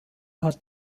hat